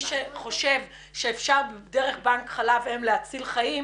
מי שחושב שאפשר דרך בנק חלב אם להציל חיים,